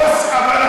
אבל הבוס ביקש.